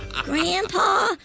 Grandpa